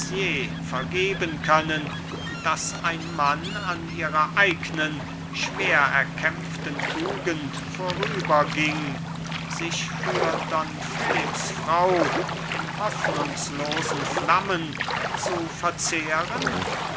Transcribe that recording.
vergeben können daß ein mann an ihrer eignen schwer erkämpften tugend vorüberging sich für don philipps frau in hoffnungslosen flammen zu verzehren